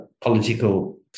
political